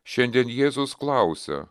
šiandien jėzus klausia